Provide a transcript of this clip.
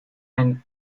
and